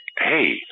hey